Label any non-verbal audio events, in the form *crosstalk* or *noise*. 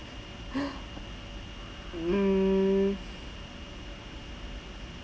*breath* mm